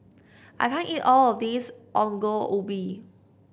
I can't eat all of this Ongol Ubi